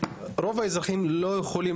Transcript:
אני כמעט בטוח שרוב האזרחים לא יכולים